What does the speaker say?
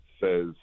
says